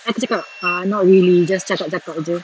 then aku cakap err not really just cakap cakap jer